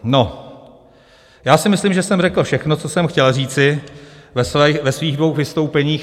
No, já si myslím, že jsem řekl všechno, co jsem chtěl říci ve svých dvou vystoupeních.